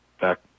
back